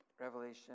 revelation